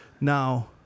Now—